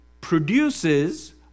produces